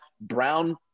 Brown